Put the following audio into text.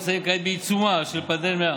נמצאים כעת בעיצומה של פנדמיה